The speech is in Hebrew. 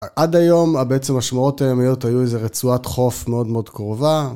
עד היום, בעצם השמורות הימיות היו איזו רצועת חוף מאוד מאוד קרובה.